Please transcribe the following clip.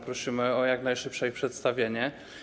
Prosimy o jak najszybsze ich przedstawienie.